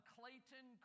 Clayton